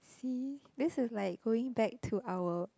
see this is like going back to our